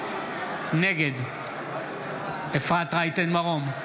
נגד אפרת רייטן מרום,